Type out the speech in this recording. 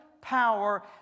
power